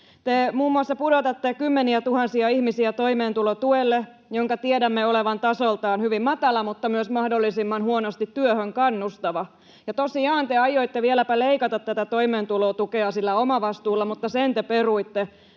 Te muun muassa pudotatte kymmeniätuhansia ihmisiä toimeentulotuelle, jonka tiedämme olevan tasoltaan hyvin matala mutta myös mahdollisimman huonosti työhön kannustava. Ja tosiaan te aioitte vieläpä leikata tätä toimeentulotukea sillä omavastuulla, mutta sen te peruitte,